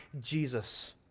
Jesus